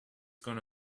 gonna